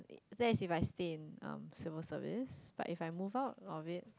that is if I stay in um civil service but if I move out of it